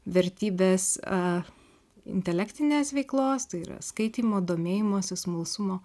vertybės intelektinės veiklos tai yra skaitymo domėjimosi smalsumo